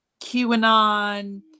QAnon